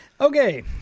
Okay